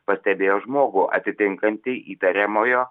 pastebėjo žmogų atitinkantį įtariamojo